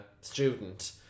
student